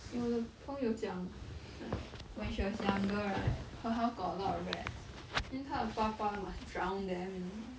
eh 我的朋友讲 like when she was younger right her house got a lot of rats then 她的爸爸 must drown them you know